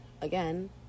again